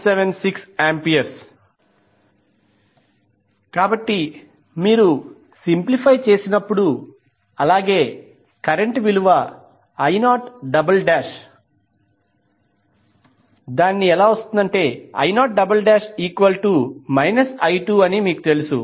176A కాబట్టి మీరు simplify చేసినప్పుడు అలాగే కరెంట్ విలువ I0 I0 I2 2